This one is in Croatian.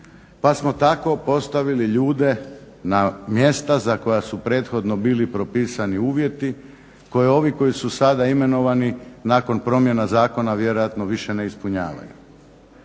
pa smo tako postavili ljude na mjesta za koja su prethodno bili propisani uvjeti koje ovi koji su sada imenovani nakon promjena zakona vjerojatno više ne ispunjavaju.